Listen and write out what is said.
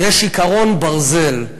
יש עקרון ברזל,